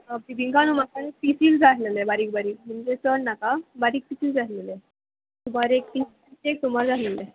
बिबिंका नू म्हाका पिसीस जाय आल्हेले बारीक बारीक म्हणजे चड नाका बारीक पिसीस जाय आसलेले बारीक एक तिसेक सुमार जाय आसलेले